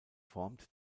formt